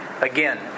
again